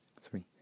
three